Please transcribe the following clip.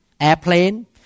airplane